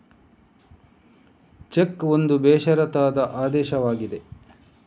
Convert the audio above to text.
check ಒಂದು ಬೇಷರತ್ತಾದ ಆದೇಶವಾಗಿದೆ